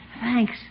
Thanks